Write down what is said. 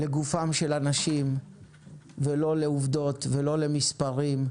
לגופם של אנשים ולא לעובדות ולא למספרים,